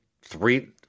three